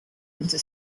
into